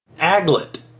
Aglet